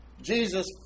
Jesus